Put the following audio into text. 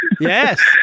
Yes